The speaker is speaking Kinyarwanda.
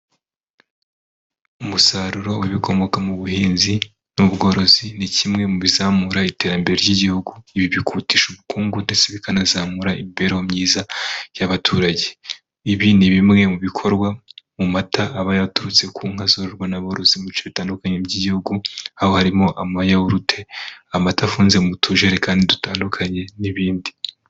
Umusaruro w'ibikomoka mu buhinzi n'ubworozi ni kimwe mu bizamura iterambere ry'igihugu ibi bihutisha ubukungu ndetse bikanazamura imibereho myiza y'abaturage. Ibi ni bimwe mubikorwa mu mata aba yaturutse ku nka zororwa n' aborozi mu bice bitandukanye by'igihugu haba harimo amayawurute amata afunze mu tujerekani dutandukanye n'ibindi.